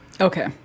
Okay